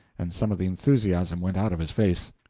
and some of the enthusiasm went out of his face.